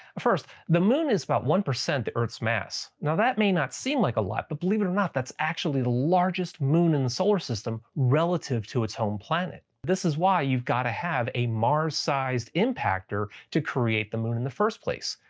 first, the moon is about one percent of earth's mass. now that may not seem like a lot, but believe it or not that's actually the largest moon in the solar system relative to its home planet. this is why you gotta have a mars-sized impactor to create the moon in the first place.